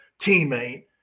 teammate